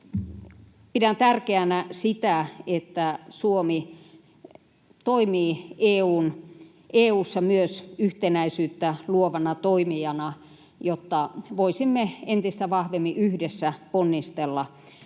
...pidän tärkeänä sitä, että Suomi toimii EU:ssa myös yhtenäisyyttä luovana toimijana, jotta voisimme entistä vahvemmin yhdessä ponnistella